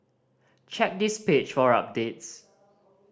check this page for updates